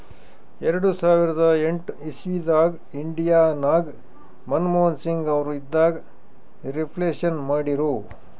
ಎರಡು ಸಾವಿರದ ಎಂಟ್ ಇಸವಿದಾಗ್ ಇಂಡಿಯಾ ನಾಗ್ ಮನಮೋಹನ್ ಸಿಂಗ್ ಅವರು ಇದ್ದಾಗ ರಿಫ್ಲೇಷನ್ ಮಾಡಿರು